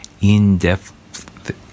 In-depth